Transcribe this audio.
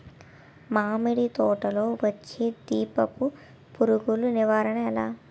మామిడి తోటలో వచ్చే దీపపు పురుగుల నివారణ ఎలా?